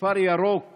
"בכפר ירוק